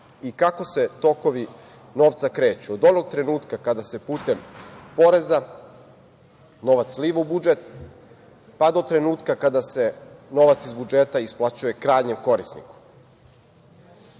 i kako se tokovi novca kreću, od onog trenutka kada se putem poreza novac sliva u budžet, pa do trenutka kada se novac iz budžeta isplaćuje krajnjem korisniku. Ministar